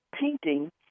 painting